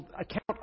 account